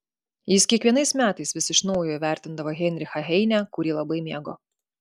jis kiekvienais metais vis iš naujo įvertindavo heinrichą heinę kurį labai mėgo